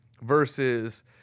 versus